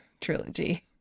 trilogy